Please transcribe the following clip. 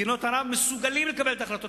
מדינות ערב מסוגלות לקבל את ההחלטות